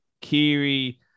Kiri